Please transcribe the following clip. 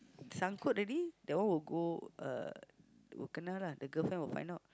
sangkut already that one will go uh will kena lah the girlfriend will find out